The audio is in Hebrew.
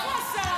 שוק?